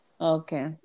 Okay